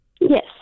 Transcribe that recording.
Yes